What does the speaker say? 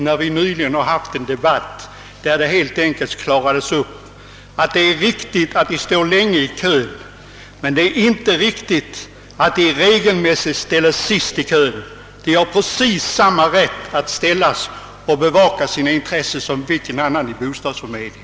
Vi hade nyligen en debatt här, där det helt enkelt klarades upp att det är riktigt att de får stå länge i kö, men det är inte riktigt att de »regelmässigt» ställes sist i kön. De har precis samma rätt att bevaka sina intressen som vilken annan som helst i bostadskön.